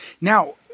Now